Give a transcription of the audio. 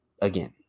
again